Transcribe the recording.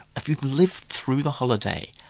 if you've lived through the holiday,